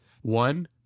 One